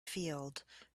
field